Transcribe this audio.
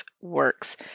works